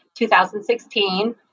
2016